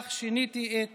אך שיניתי את